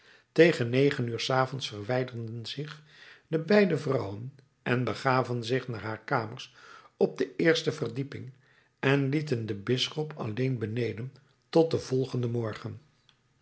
tegen negen uur s avonds verwijderden zich de beide vrouwen en begaven zich naar haar kamers op de eerste verdieping en lieten den bisschop alleen beneden tot den volgenden morgen